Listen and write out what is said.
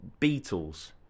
Beatles